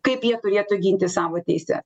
kaip jie turėtų ginti savo teisę